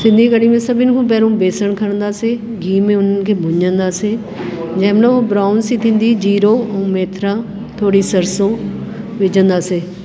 सिंधी कढ़ी में सभिनी खां पहिरियों बेसणु खणंदासीं गिह में उन्हनि खे भुञंदासीं जंहिं महिल हूअ ब्राउनसीं थींदी जीरो ऐं मथिरां थोरी सरिसो विझंदासीं